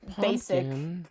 basic